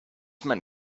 man